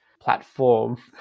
platform